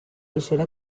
l’échelle